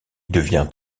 devient